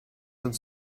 uns